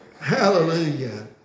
Hallelujah